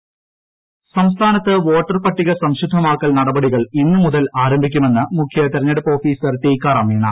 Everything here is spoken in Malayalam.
വോട്ടർ പട്ടിക ഇൻട്രോ സംസ്ഥാനത്ത് വോട്ടർ പട്ടിക സംശുദ്ധമാക്കൽ നടപടികൾ ഇന്നു മുതൽ ആരംഭിക്കുമെന്ന് മുഖ്യ തിരഞ്ഞെടുപ്പ് ഓഫീസർ ടീക്കാറാം മീണ